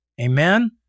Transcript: Amen